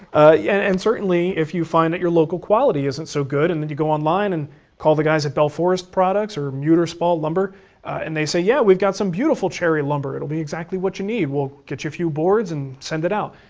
yeah and and certainly if you find that your local quality isn't so good, and then you go online, and call the guys at bell forest products, or muterspaw lumber and they say, yeah, we've got some beautiful cherry lumber. it will be exactly what you need. we'll get you a few boards, and send it out.